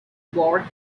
war